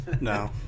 No